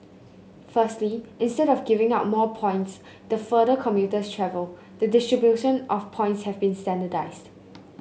firstly instead of giving out more points the further commuter travel the distribution of points have been standardised